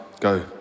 Go